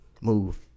move